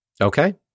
Okay